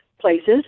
Places